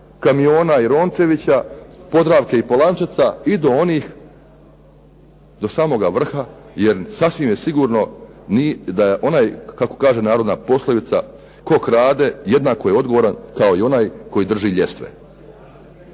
kamiona i Rončevića, "Podravke" i Polančeca i do onih do samoga vrha jer sasvim je sigurno da onaj kako kaže narodna poslovica "Tko krade jednako je odgovoran kao i onaj koji drži ljestve.".